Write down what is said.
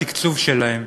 בתקצוב שלהם,